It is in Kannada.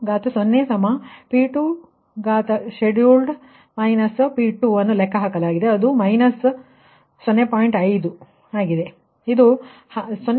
5 ಮೈನಸ್ ಆಗಿದೆ ಇದು 0